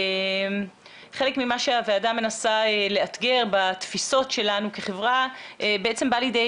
חלק ממה שהוועדה מנסה לאתגר בתפיסות שלנו כחברה בעצם בא לידי